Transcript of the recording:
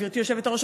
גברתי היושבת-ראש,